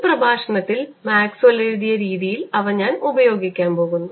ഈ പ്രഭാഷണത്തിൽ മാക്സ്വെൽ എഴുതിയ രീതിയിൽ അവ ഞാൻ ഉപയോഗിക്കാൻ പോകുന്നു